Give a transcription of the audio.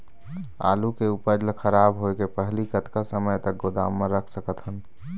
आलू के उपज ला खराब होय के पहली कतका समय तक गोदाम म रख सकत हन?